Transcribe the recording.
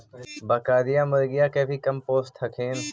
बकरीया, मुर्गीया के भी कमपोसत हखिन?